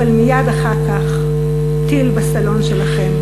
אבל מייד אחר כך טיל בסלון שלכם.